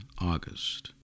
August